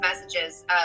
messages